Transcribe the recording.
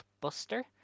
Buster